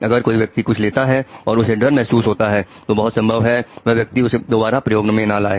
अगर कोई व्यक्ति कुछ लेता है और उसे डर महसूस होने लगता है तो बहुत संभावना है कि वह व्यक्ति उसे दोबारा प्रयोग में ना लाएं